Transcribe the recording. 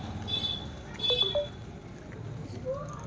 ಇವತ್ತಿನ ವಾತಾವರಣ ಸ್ಥಿತಿ ಏನ್ ಅದ?